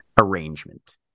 arrangement